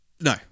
No